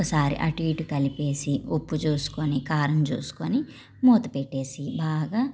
ఒక్కసారి అటు ఇటు కలిపేసి ఉప్పు చూసుకొని కారం చూసుకొని మూత పెట్టేసి బాగా